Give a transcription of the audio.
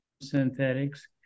synthetics